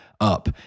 up